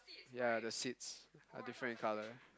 ya the seats are different in colour